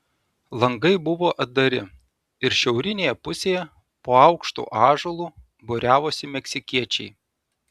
langai buvo atdari ir šiaurinėje pusėje po aukštu ąžuolu būriavosi meksikiečiai